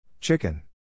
Chicken